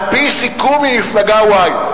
על-פי סיכום עם מפלגה y.